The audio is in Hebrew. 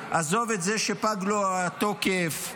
עזוב את זה שפג לו התוקף,